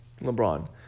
LeBron